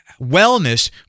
wellness